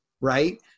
right